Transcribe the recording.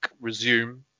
resume